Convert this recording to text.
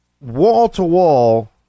wall-to-wall